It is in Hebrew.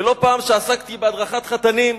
ולא פעם כשעסקתי בהדרכת חתנים,